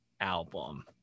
album